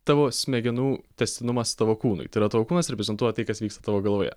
tavo smegenų tęstinumas tavo kūnui tai yra tavo kūnas reprezentuoja tai kas vyksta tavo galvoje